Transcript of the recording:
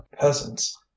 peasants